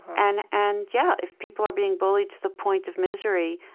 and and, yeah, if people are being bullied to the point of misery,